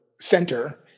center